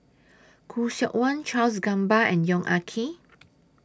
Khoo Seok Wan Charles Gamba and Yong Ah Kee